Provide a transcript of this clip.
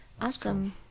Awesome